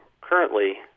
Currently